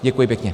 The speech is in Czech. Děkuji pěkně.